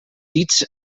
dits